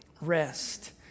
rest